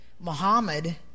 Muhammad